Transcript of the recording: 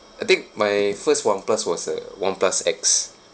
I think my first oneplus was a oneplus X